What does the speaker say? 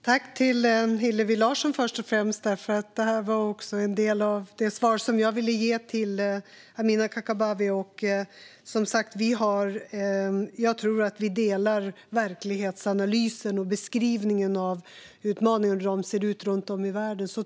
Fru talman! Jag tackar först och främst Hillevi Larsson, för en del av det hon sa var detsamma som jag ville säga till Amineh Kakabaveh. Jag tror som sagt att vi delar verklighetsanalysen och beskrivningen av hur utmaningarna ser ut runt om i världen.